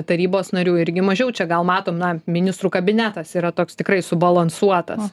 tarybos narių irgi mažiau čia gal matom na ministrų kabinetas yra toks tikrai subalansuotas